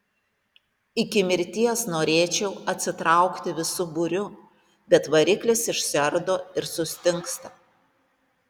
iki mirties norėčiau atsitraukti visu būriu bet variklis išsiardo ir sustingsta